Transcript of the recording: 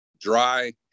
dry